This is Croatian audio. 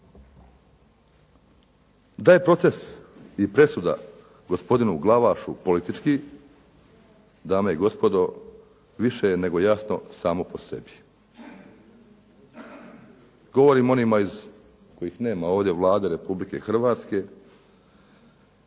Da je proces i presuda gospodinu Glavašu politički, dame i gospodo, više je nego jasno samo po sebi. Govorim o onima kojih nema ovdje u Vladi Republike Hrvatske.